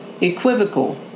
Equivocal